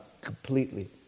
completely